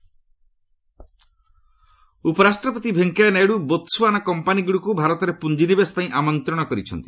vice president ଉପରାଷ୍ଟ୍ରପତି Venkaiah Naidu Botswana କମ୍ପାନୁଗୁଡ଼ିକୁ ଭାରତରେ ପୁଞ୍ଜିନିବେଶପାଇଁ ଆମନ୍ତ୍ରଣ କରିଛନ୍ତି